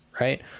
right